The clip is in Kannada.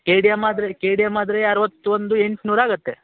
ಕೆ ಡಿ ಎಮ್ ಆದರೆ ಕೆ ಡಿ ಎಮ್ ಆದರೆ ಅರ್ವತ್ತೊಂದು ಎಂಟ್ನೂರು ಆಗುತ್ತೆ